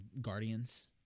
Guardians